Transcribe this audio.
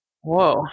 Whoa